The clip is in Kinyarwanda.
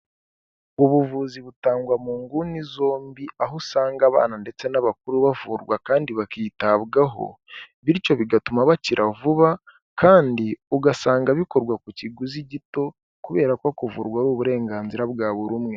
Ubuvuzi butangwa mu nguni zombi aho usanga abana ndetse n'abakuru bavurwa kandi bakitabwaho bityo bigatuma bakira vuba kandi ugasanga bikorwa ku kiguzi gito kubera ko kuvurwa ari uburenganzira bwa buri umwe.